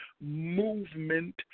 movement